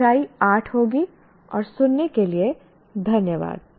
तो यह इकाई 8 होगी और सुनने के लिए धन्यवाद